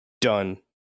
Done